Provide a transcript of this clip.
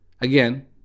again